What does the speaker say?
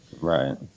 Right